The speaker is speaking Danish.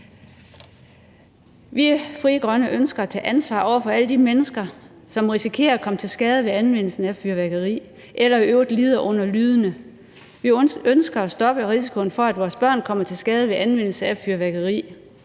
i Frie Grønne ønsker at tage ansvar over for alle de mennesker, som risikerer at komme til skade ved anvendelsen af fyrværkeri eller i øvrigt lider under lydene. Vi ønsker at stoppe risikoen for, at vores børn kommer til skade ved anvendelse af fyrværkeri,